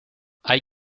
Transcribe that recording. hay